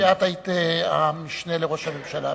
ואת היית המשנה לראש הממשלה.